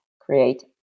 create